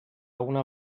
una